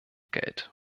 geld